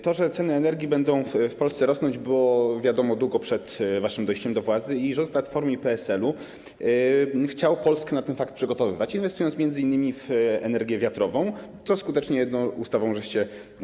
To, że ceny energii będą w Polsce rosnąć, było wiadomo długo przed waszym dojściem do władzy i rząd Platformy i PSL-u chciał Polskę na ten fakt przygotowywać, inwestując m.in. w energię wiatrową, co skutecznie jedną ustawą zaoraliście.